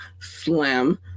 slim